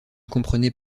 comprenez